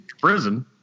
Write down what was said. prison